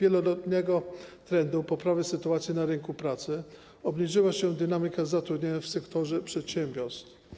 wieloletniego trendu poprawy sytuacji na rynku pracy, obniżyła się dynamika zatrudnienia w sektorze przedsiębiorstw.